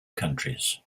countries